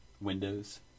windows